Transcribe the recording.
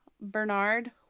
Bernard